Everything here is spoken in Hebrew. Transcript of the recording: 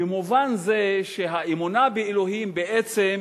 במובן זה שהאמונה באלוהים בעצם